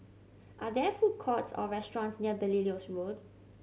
are there food courts or restaurants near Belilios Road